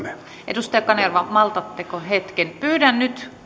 edustaja kanerva maltatteko hetken pyydän nyt